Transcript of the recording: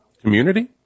Community